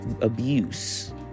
abuse